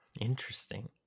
interesting